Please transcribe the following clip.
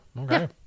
Okay